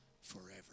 forever